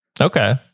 Okay